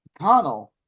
McConnell